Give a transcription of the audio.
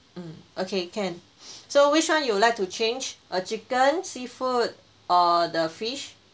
mm okay can so which [one] you would like to change err chicken seafood or the fish